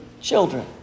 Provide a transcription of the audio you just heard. children